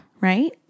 Right